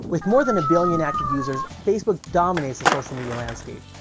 with more than a billion active users, facebook dominates the social media landscape.